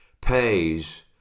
pays